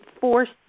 forced